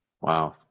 wow